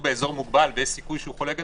אבל הוא באזור מוגבל ויש סיכוי שהוא חולה גדול,